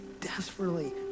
desperately